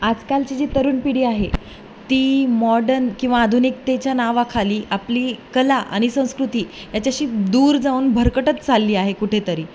आजकालची जी तरुण पिढी आहे ती मॉर्डन किंवा आधुनिकतेच्या नावाखाली आपली कला आणि संस्कृती याच्याशी दूर जाऊन भरकटच चालली आहे कुठेतरी